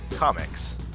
Comics